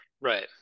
right